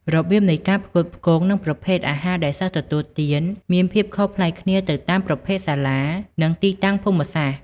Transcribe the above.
របៀបនៃការផ្គត់ផ្គង់ និងប្រភេទអាហារដែលសិស្សទទួលទាន មានភាពខុសប្លែកគ្នាទៅតាមប្រភេទសាលា និងទីតាំងភូមិសាស្ត្រ។